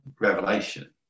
revelation